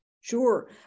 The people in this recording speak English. Sure